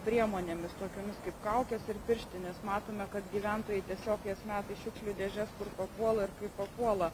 priemonėmis tokiomis kaip kaukės ir pirštinės matome kad gyventojai tiesiog jas meta šiukšlių dėžes kur papuola ir kaip papuola